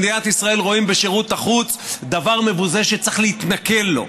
במדינת ישראל רואים בשירות החוץ דבר מבוזה שצריך להתנכל לו,